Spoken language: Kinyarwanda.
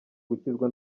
gukizwa